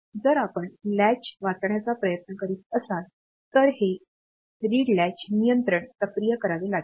जर आपण लॅच वाचण्याचा प्रयत्न करीत असाल तर हे वाचन लॅच नियंत्रण सक्रिय करावे लागेल